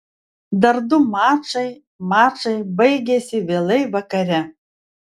dar du mačai mačai baigėsi vėlai vakare